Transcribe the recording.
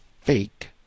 fake